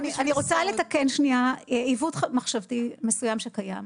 אני רוצה לתקן עיוות מחשבתי מסוים שקיים.